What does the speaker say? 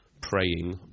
praying